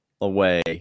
away